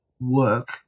work